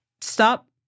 Stop